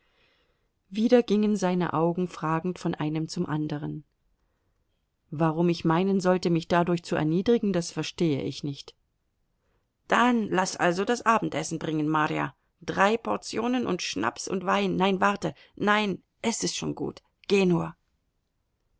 wieder gingen seine augen fragend von einem zum anderen warum ich meinen sollte mich dadurch zu erniedrigen das verstehe ich nicht dann laß also das abendessen bringen marja drei portionen und schnaps und wein nein warte nein es ist schon gut geh nur